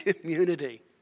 community